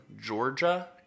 Georgia